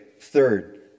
third